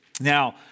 Now